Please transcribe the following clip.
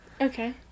Okay